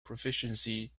proficiency